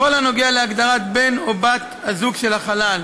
בכל הנוגע להגדרת בן או בת הזוג של החלל,